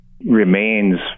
remains